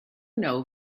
know